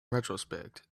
retrospect